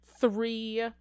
three